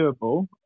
doable